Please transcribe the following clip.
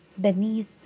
beneath